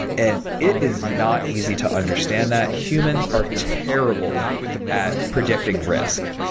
and it is not easy to understand that humans are terrible at predicting risk.